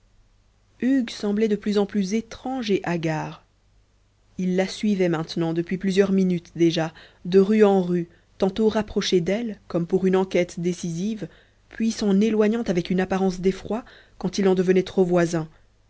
hugues semblait de plus en plus étrange et hagard il la suivait maintenant depuis plusieurs minutes déjà de rue en rue tantôt rapproché d'elle comme pour une enquête décisive puis s'en éloignant avec une apparence d'effroi quand il en devenait trop voisin